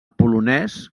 polonès